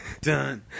Done